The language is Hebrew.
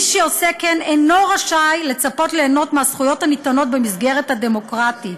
מי שעושה כן אינו רשאי לצפות ליהנות מהזכויות הניתנות במסגרת הדמוקרטית.